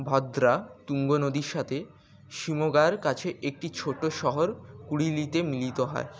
ভদ্রা তুঙ্গ নদীর সাথে শিমগার কাছে একটি ছোটো শহর কুড়িলিতে মিলিত হয়